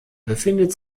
befindet